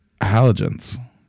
halogens